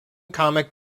comic